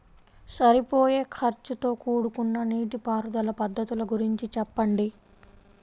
సరిపోయే ఖర్చుతో కూడుకున్న నీటిపారుదల పద్ధతుల గురించి చెప్పండి?